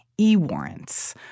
e-warrants